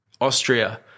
Austria